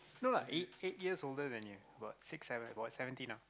no lah eight eight years older than you about six seven about seventeen ah